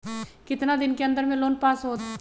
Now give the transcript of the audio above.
कितना दिन के अन्दर में लोन पास होत?